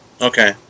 Okay